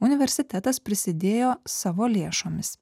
universitetas prisidėjo savo lėšomis